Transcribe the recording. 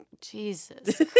jesus